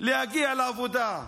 להגיע לעבודה.